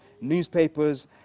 newspapers